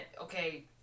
okay